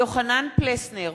יוחנן פלסנר, מצביע